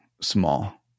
small